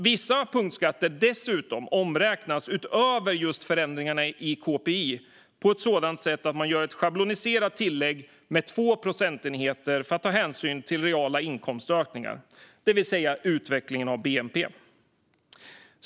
Vissa punktskatter omräknas dessutom, utöver förändringarna i KPI, på ett sådant sätt att man gör ett schabloniserat tillägg med 2 procentenheter för att ta hänsyn till reala inkomstökningar, det vill säga utvecklingen av bnp.